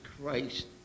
Christ